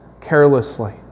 carelessly